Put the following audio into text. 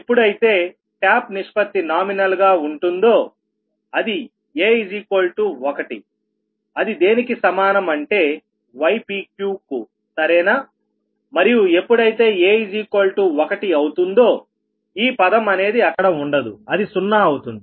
ఎప్పుడైతే టాప్ నిష్పత్తి నామినల్ గా ఉంటుందో అది a1అది దేనికి సమానం అంటే ypqకు సరేనా మరియు ఎప్పుడైతే a1అవుతుందో ఈ పదం అనేది అక్కడ ఉండదుఅది 0 అవుతుంది